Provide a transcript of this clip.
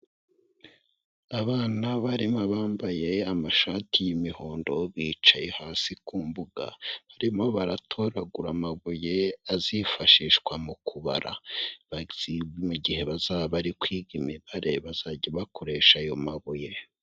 Abana barimo abambaye amashati y'imihondo bicaye hasi ku mbuga. Barimo baratoragura amabuye, azifashishwa mu kubara. Bati mu gihe bazaba bari kwiga imibare, bazajya bakoresha ayo mabuye.